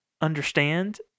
understand